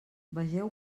vegeu